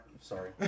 Sorry